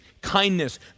kindness